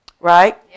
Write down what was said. Right